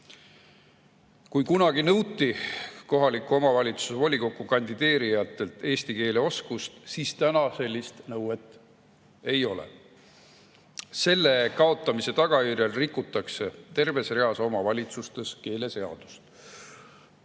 Kunagi nõuti kohaliku omavalitsuse volikokku kandideerijatelt eesti keele oskust, aga täna sellist nõuet ei ole. Selle kaotamise tagajärjel rikutakse terves reas omavalitsustes keeleseadust.